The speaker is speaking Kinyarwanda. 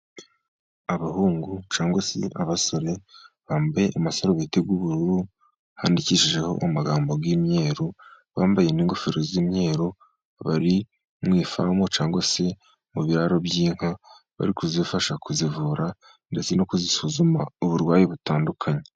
Abahungu cyangwa se abasore, bambaye amasarubeti y'ubururu, handikishijeho amagambo y'imyeru bambaye n'ingofero z'imyeru, bari mu ifamu cyangwa se mu biraro by'inka, bari kuzifasha kuzivura ndetse no kuzisuzuma uburwayi butandukanye.